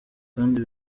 kandi